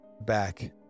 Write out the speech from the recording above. back